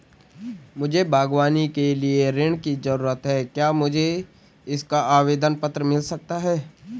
मुझे बागवानी के लिए ऋण की ज़रूरत है क्या मुझे इसका आवेदन पत्र मिल सकता है?